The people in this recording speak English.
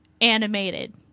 animated